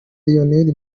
lion